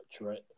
Right